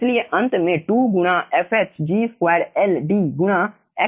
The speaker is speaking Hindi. इसलिए अंत में 2 गुणा fh G2 LD गुणा x मिलेगा